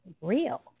real